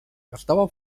estava